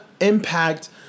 impact